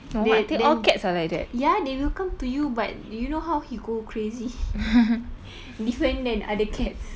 then then ya they will come to you but you know how he go crazy different than other cats